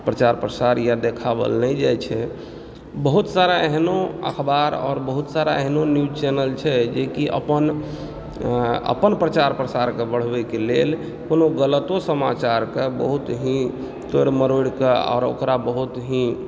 प्रचार प्रसार यऽ देखाओल नहि जाइ छै बहुत सारा एहनो अखबार आओर बहुत सारा एहनो न्यूज चेनल छै जे कि अपन अपन प्रचार प्रसार के बढ़बे के लेल कोनो गलतो समाचार के बहुत ही तोड़ि मरोड़ी के आओर ओकरा बहुत ही